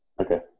Okay